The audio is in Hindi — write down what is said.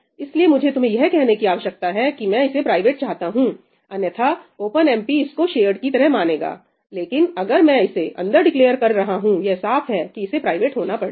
इसलिए मुझे तुम्हें यह कहने की आवश्यकता है कि मैं इसे प्राइवेट चाहता हूं अन्यथा ओपनएमपी इसको शेयर्ड की तरह मानेगा लेकिन अगर मैं इसे अंदर डिक्लेअर कर रहा हूं यह साफ है कि इसे प्राइवेट होना पड़ेगा